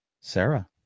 Sarah